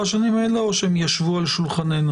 השנים האלה או שהם ישבו על שולחננו?